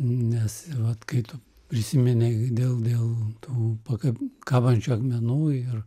nes vat kai tu prisiminei dėl dėl tų pakab kabančių akmenų ir